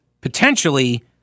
potentially